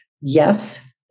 yes